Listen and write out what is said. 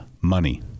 money